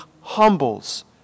humbles